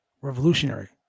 Revolutionary